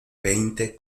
veinte